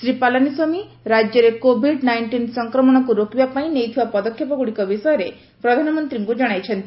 ଶ୍ରୀ ପାଲାନିସ୍ୱାମୀ ରାଜ୍ୟରେ covid nineteen ସଂକ୍ରମଣକୁ ରୋକିବା ପାଇଁ ନେଇଥିବା ପଦକ୍ଷେପଗୁଡ଼ିକ ବିଷୟରେ ପ୍ରଧାନମନ୍ତ୍ରୀଙ୍କୁ ଜଣାଇଛନ୍ତି